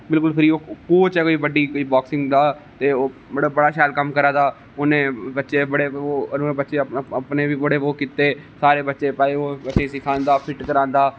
बिल्कुल free coach बी ऐ बड़ी बाॅक्सिंग दा ते ओह् बड़ा शैल कम्म करा दा उ'नें बच्चें बड़े ओह् अपने बी बड़े ओह् कीते सारे बच्चे पाए बच्चे गी सिखांदा फिट करांदा